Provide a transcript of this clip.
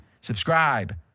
Subscribe